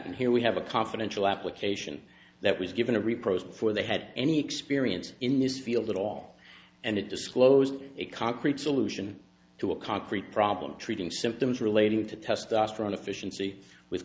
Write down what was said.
n here we have a confidential application that was given to reproach before they had any experience in this field at all and it disclosed a concrete solution to a concrete problem treating symptoms relating to testosterone efficiency with